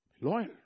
Loyal